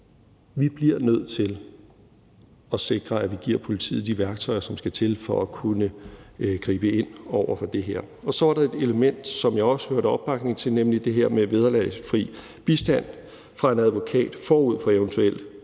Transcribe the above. Vi bliver nødt til at sikre, at vi giver politiet de værktøjer, som skal til for at kunne gribe ind over for det her. Så var der et element, som jeg også hørte der var opbakning til, nemlig det her med vederlagsfri bistand fra en advokat forud for eventuel